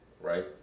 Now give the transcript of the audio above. right